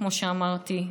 כמו שאמרתי,